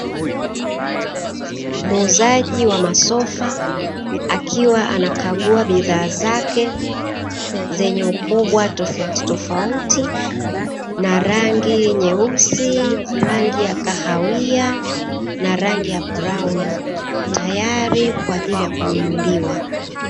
Muuzaji wa masofa akiwa anakagua bidhaa zake zenye ukubwa tofautitofauti na rangi nyeusi, rangi ya kahawia na rangi ya brauni tayari kwa ajili ya kununuliwa